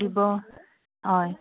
দিব হয়